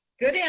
Good